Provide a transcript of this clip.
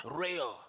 real